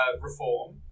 reform